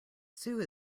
sue